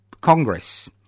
Congress